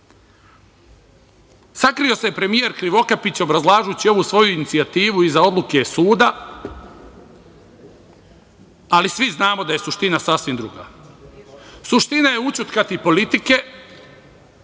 se premijer Krivokapić obrazlažući ovu svoju inicijativu iza odluke suda, ali svi znamo da je suština sasvim druga. Suština je ućutkati politike